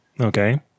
Okay